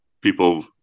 people